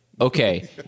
okay